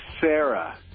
Sarah